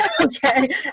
Okay